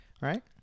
Right